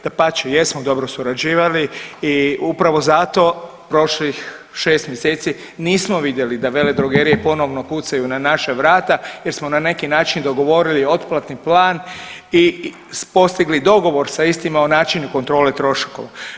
Dapače jesmo dobro surađivali i upravo zato prošlih 6 mjeseci nismo vidjeli da veledrogerije ponovno kucaju na naša vrata jer smo na neki način dogovorili otplatni plan i postigli dogovor sa istima o načinu kontrole troškova.